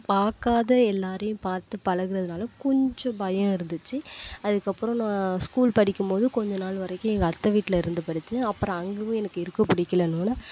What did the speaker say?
பார்க்காத எல்லாரையும் பார்த்து பழகுனதுனால் கொஞ்சம் பயம் இருந்துச்சு அதுக்கப்புறோம் நான் ஸ்கூல் படிக்கும்போது கொஞ்ச நாள் வரைக்கும் எங்கள் அத்தை வீட்டில் இருந்து படிச்சேன் அப்புறோம் அங்கயும் எனக்கு இருக்க பிடிக்கிலன்னோன